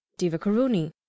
divakaruni